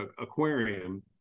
aquarium